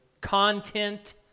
content